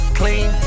clean